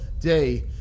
day